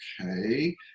okay